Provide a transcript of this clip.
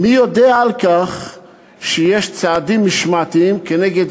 מי יודע על כך שיש צעדים משמעתיים כנגד